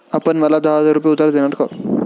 आपण मला दहा हजार रुपये उधार देणार का?